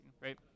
right